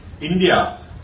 India